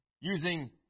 Using